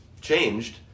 changed